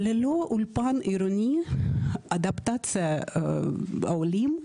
ללא אולפן עירוני האדפטציה העולים,